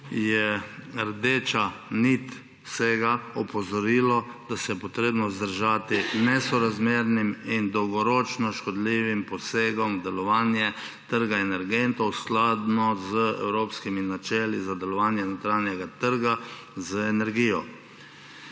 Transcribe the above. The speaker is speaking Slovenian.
rdeča nit vsega opozorilo, da se bo potrebno vzdržati nesorazmernim in dolgoročno škodljivim posegom delovanja trga energentov skladno z evropskimi načeli za delovanje notranjega trga z energijo.